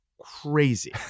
Crazy